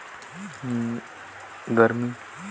मिरचा ला कोन सा मौसम मां लगाय ले बढ़िया हवे